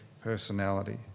personality